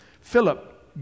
Philip